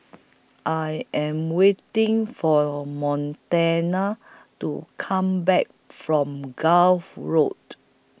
I Am waiting For Montana to Come Back from Gulf Road